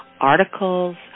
articles